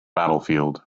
battlefield